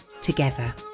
together